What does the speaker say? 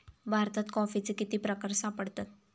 भारतात कॉफीचे किती प्रकार सापडतात?